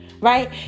right